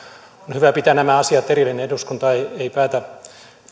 hyvä pitää nämä asiat erillään eduskunta ei päätä